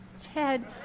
Ted